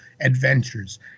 Adventures